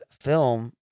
film